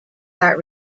that